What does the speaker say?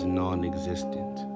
non-existent